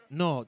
no